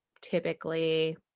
typically